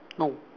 no